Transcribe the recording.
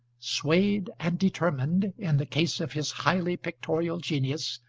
swayed and determined, in the case of his highly pictorial genius,